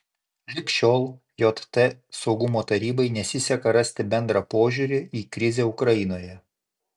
lig šiol jt saugumo tarybai nesiseka rasti bendrą požiūrį į krizę ukrainoje